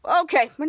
okay